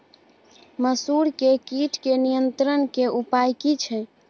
मसूर के कीट के नियंत्रण के उपाय की छिये?